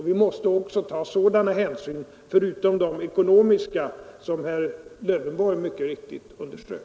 Vi måste också ta sådana hänsyn, förutom de ekonomiska som herr Lövenborg mycket riktigt underströk.